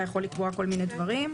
יכול לקבוע כל מיני דברים.